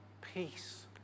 peace